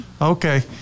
Okay